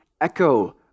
echo